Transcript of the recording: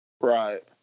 Right